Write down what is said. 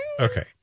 Okay